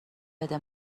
بده